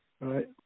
right